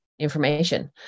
information